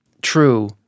true